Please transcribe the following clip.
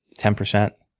ten percent,